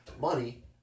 money